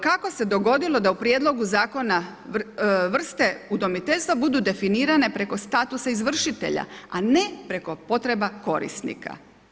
Kako se dogodilo da u Prijedlogu zakona vrste udomiteljstva budu definirane preko statusa izvršitelja, a ne preko potreba korisnika?